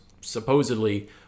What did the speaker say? supposedly